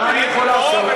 מה אני יכול לעשות?